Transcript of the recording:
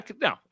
No